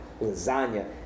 lasagna